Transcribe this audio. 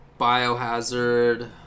Biohazard